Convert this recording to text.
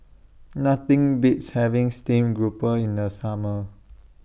Nothing Beats having Stream Grouper in The Summer